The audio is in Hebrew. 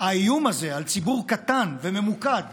האיום הזה הוא על ציבור קטן וממוקד,